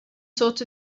sort